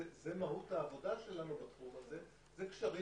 זו מהות העבודה שלנו בתחום הזה ואלה קשרים